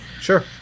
Sure